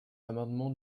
l’amendement